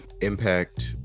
Impact